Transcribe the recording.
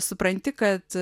supranti kad